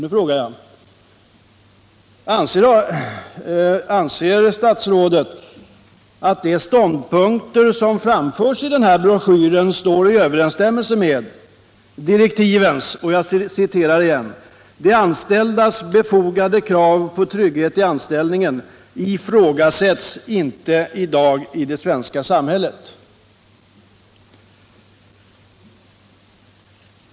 Nu frågar jag: Anser statsrådet att de ståndpunkter som framförs i den här broschyren står i överensstämmelse med direktivens ord — jag upprepar dem — att de anställdas befogade krav på trygghet i anställningen inte ifrågasätts i dag i det svenska samhället?